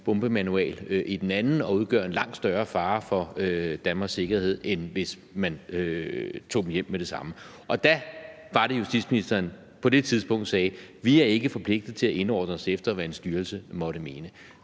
bombemanual i den anden og derved udgøre en langt større fare for Danmarks sikkerhed, end hvis man tog dem hjem med det samme. Da var det, at justitsministeren på det tidspunkt sagde: Vi er ikke forpligtet til at indordne os efter, hvad en styrelse måtte mene.